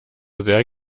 sehr